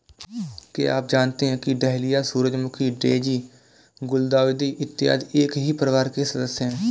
क्या आप जानते हैं कि डहेलिया, सूरजमुखी, डेजी, गुलदाउदी इत्यादि एक ही परिवार के सदस्य हैं